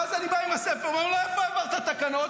ואז אני בא עם הסעיף ואומר: איפה העברת תקנות?